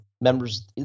members